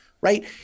right